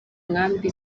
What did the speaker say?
nkambi